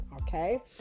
okay